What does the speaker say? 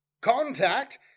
Contact